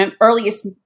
earliest